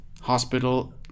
hospital